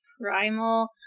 primal